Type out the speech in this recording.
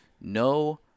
no